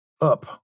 Up